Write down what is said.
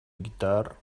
guitar